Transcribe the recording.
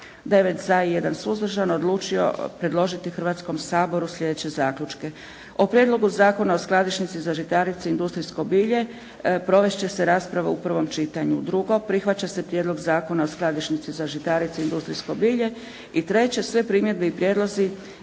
9 za i jedan suzdržan, odlučio predložiti Hrvatskom saboru sljedeće zaključke. O Prijedlogu Zakona o skladišnici za žitarice i industrijsko bilje provesti će se rasprava u prvom čitanju. Drugo, prihvaća se Prijedlog Zakona o skladišnici za žitarice i industrijsko bilje. I treće, sve primjedbe i prijedlozi